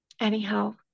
Anyhow